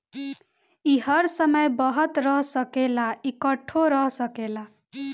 ई हर समय बहत रह सकेला, इकट्ठो रह सकेला